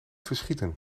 verschieten